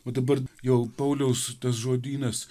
o dabar jau pauliaus tas žodynas